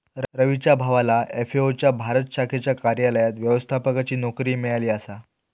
रवीच्या भावाला एफ.ए.ओ च्या भारत शाखेच्या कार्यालयात व्यवस्थापकाची नोकरी मिळाली आसा